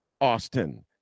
Austin